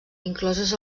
incloses